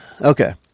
Okay